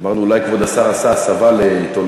אמרנו: אולי כבוד השר עשה הסבה לעיתונאי.